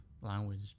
language